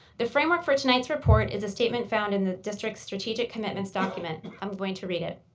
the framework for tonight's report is a statement found in the district strategic commitments document. i'm going to read it.